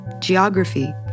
Geography